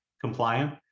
compliant